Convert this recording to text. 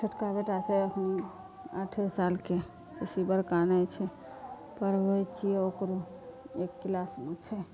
छोटका बेटाके एखन आठे सालके बेसी बड़का नहि छै पढ़बै छियै ओकरो एक क्लासमे छै